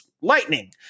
lightning